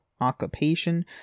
occupation